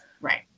Right